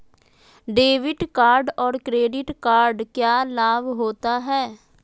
Debit card और credit card क्या लाभ होता है?